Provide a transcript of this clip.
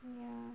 ya